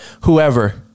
whoever